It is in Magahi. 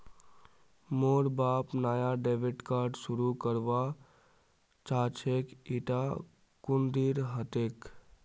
मोर बाप नाया डेबिट कार्ड शुरू करवा चाहछेक इटा कुंदीर हतेक